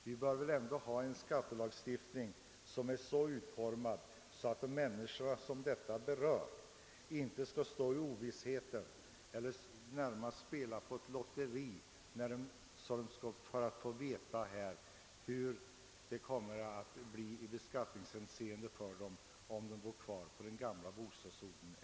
Vi bör väl ändå ha en sådan skattelagstiftning att de människor som berörs inte skall behöva sväva i ovisshet om hur det kommer att bli i beskattningshänseende för dem, om de vill bo kvar på den gamla bostadsorten.